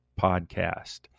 podcast